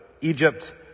Egypt